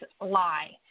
lie